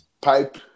Pipe